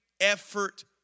effort